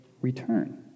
return